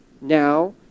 Now